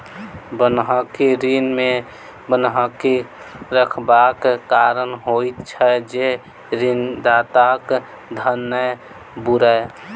बन्हकी ऋण मे बन्हकी रखबाक कारण होइत छै जे ऋणदाताक धन नै बूड़य